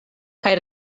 kaj